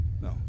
no